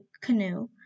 canoe